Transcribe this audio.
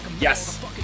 Yes